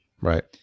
Right